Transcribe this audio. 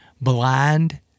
blind